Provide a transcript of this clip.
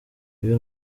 ibi